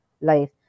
life